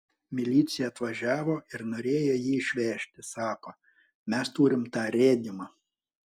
milicija atvažiavo ir norėjo jį išvežti sako mes turim tą rėdymą